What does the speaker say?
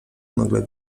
nagle